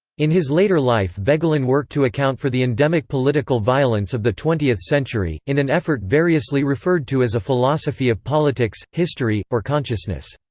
in his later life voegelin worked to account for the endemic political violence of the twentieth century, in an effort variously referred to as a philosophy of politics, history, or consciousness.